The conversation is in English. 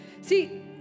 See